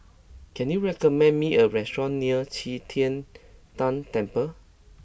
can you recommend me a restaurant near Qi Tian Tan Temple